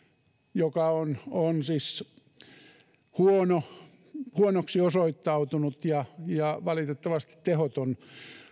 joka on on siis huonoksi osoittautunut ja ja valitettavasti tehoton